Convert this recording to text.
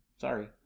Sorry